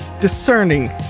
discerning